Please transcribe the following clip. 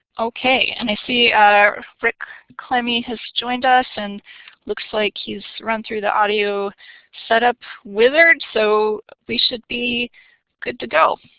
okay, and i see our rick klemme, yeah has joined us and looks like he has run through the audio set up wizard, so we should be good to go.